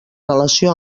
relació